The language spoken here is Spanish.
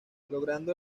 logrando